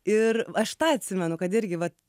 ir aš tą atsimenu kad irgi vat